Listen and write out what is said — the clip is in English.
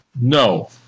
No